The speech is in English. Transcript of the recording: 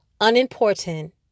unimportant